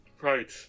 Right